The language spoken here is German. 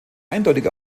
eindeutig